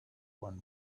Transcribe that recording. one